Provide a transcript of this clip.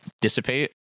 dissipate